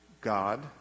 God